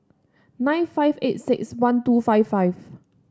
nine five eight six one two five five